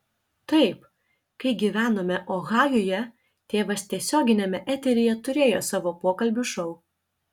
taip kai gyvenome ohajuje tėvas tiesioginiame eteryje turėjo savo pokalbių šou